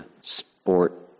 sport